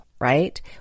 right